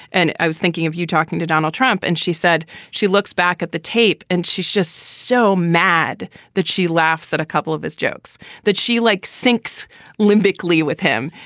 and i was thinking of you talking to donald trump. and she said she looks back at the tape and she's just so mad that she laughs at a couple of his jokes that she, like sinks limbic leigh with him.